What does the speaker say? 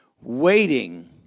waiting